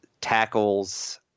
tackles